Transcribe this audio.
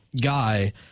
guy